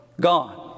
gone